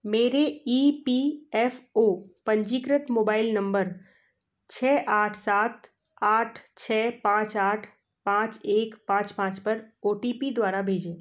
मेरे E P F O पंजीकृत mobile number छः आठ सात आठ छः पाँच चाठ पाँच एक पाँच पाँच पर ओ टी पी द्वारा भेजें